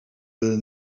will